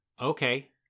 Okay